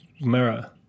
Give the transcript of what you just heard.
mirror